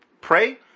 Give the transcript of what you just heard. pray